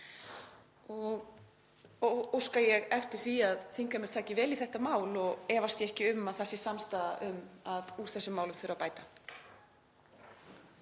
Óska ég eftir því að þingheimur taki vel í þetta mál og efast ég ekki um að það sé samstaða um að úr þessum málum þurfi að bæta.